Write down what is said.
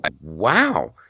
wow